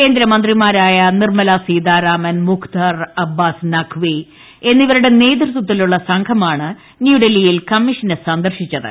കേന്ദ്രമന്ത്രിമാരായ നിർമ്മ്ല് സീതാരാമൻ മുഖ്താർ അബ്ബാസ് നഖ്പി എന്നിവരുടെ നേതൃത്വത്തിലുള്ള സംഘമാണ് ന്യൂഡൽഹിയിൽ കമ്മിഷനെ സന്ദർശിച്ചത്